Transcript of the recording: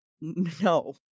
No